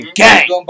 gang